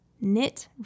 knit